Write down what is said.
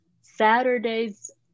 Saturdays